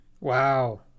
Wow